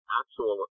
actual